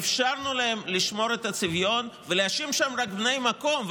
אפשרנו להם לשמור את הצביון ולהשאיר שם רק את בני המקום.